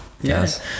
yes